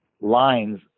lines